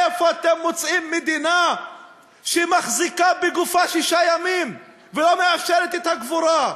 איפה אתם מוצאים מדינה שמחזיקה בגופה שישה ימים ולא מאפשרת את הקבורה?